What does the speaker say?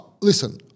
listen